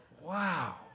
wow